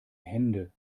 hände